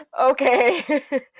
okay